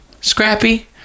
scrappy